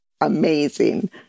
amazing